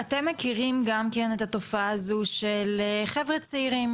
אתם מכירים גם כן את התופעה הזו של חבר'ה צעירים,